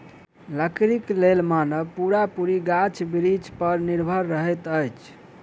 लकड़ीक लेल मानव पूरा पूरी गाछ बिरिछ पर निर्भर रहैत अछि